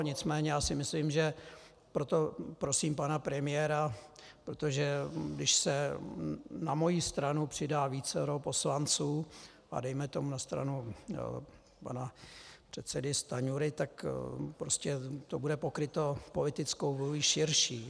Nicméně já si myslím, že proto prosím pana premiéra, protože když se na moji stranu přidá vícero poslanců a dejme tomu na stranu pana předsedy Stanjury, tak prostě to bude pokryto politickou vůlí širší.